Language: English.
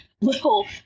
little